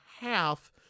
half